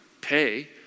pay